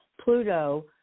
Pluto